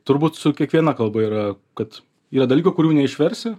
turbūt su kiekviena kalba yra kad yra dalykų kurių neišversi